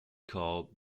called